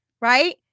right